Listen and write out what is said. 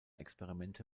experimente